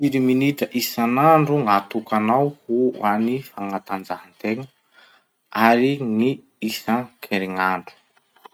Firy minitra isanandro gn'atokanao ho an'ny fagnatanjahategna? Ary gny isan-kerinandro?